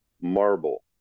marble